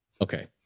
Okay